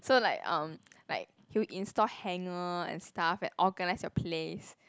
so like um like he will install hanger and stuff and organize the place